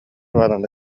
ивановна